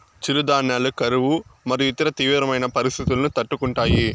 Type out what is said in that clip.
చిరుధాన్యాలు కరువు మరియు ఇతర తీవ్రమైన పరిస్తితులను తట్టుకుంటాయి